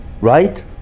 right